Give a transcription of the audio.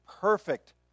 perfect